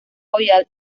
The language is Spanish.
royal